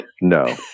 No